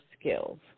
skills